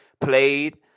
played